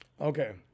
Okay